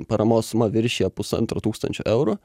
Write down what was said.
paramos suma viršija pusantro tūkstančio eurų